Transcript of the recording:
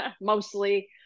mostly